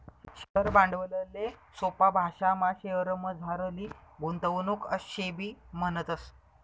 share भांडवलले सोपा भाशामा शेअरमझारली गुंतवणूक आशेबी म्हणतस